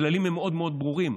הכללים הם מאוד מאוד ברורים: